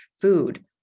food